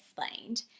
explained